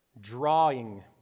drawing